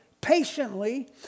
patiently